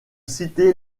cités